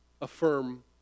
affirm